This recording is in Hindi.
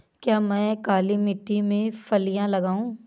क्या मैं काली मिट्टी में फलियां लगाऊँ?